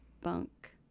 bunk